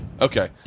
Okay